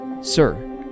Sir